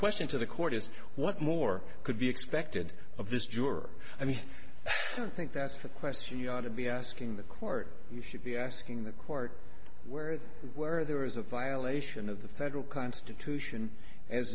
question to the court is what more could be expected of this juror and i don't think that's the question you ought to be asking the court you should be asking the court where the where there is a violation of the federal constitution as